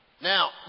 Now